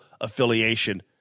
affiliation